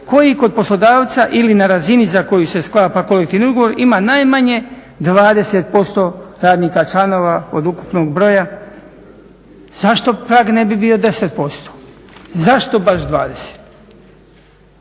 koji kod poslodavca ili na razini za koju se sklapa kolektivni ugovor ima najmanje 20% radnika članova od ukupnog broja. Zašto prag ne bi bio 10%, zašto baš 20?